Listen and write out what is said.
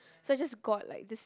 so just got like this